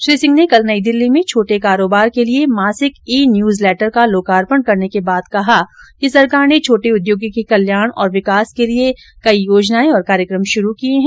श्री सिंह ने कल नई दिल्ली में छोटे कारोबार के लिए मासिक ई न्यूजलैटर का लोकार्पण करने के बाद कहा कि सरकार ने छोटे उद्योगों के कल्याण और विकास के लिये कई योजनाएं और कार्यक्रम शुरू किये हैं